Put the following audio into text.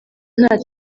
nta